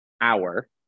hour